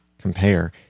compare